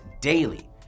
daily